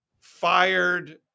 fired